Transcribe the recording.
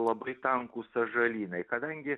labai tankūs sąžalynai kadangi